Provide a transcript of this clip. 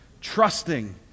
trusting